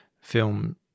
film